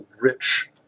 rich